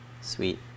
Sweet